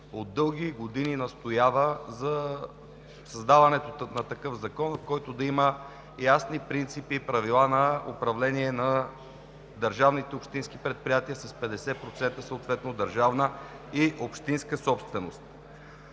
от дълги години настоява за създаването на такъв закон, който да има ясни принципи и правила на управление на държавните общински предприятия, съответно с 50% държавна и общинска собственост.